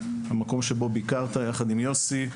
המקום שבו ביקרת יחד עם יוסי,